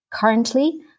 currently